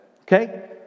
okay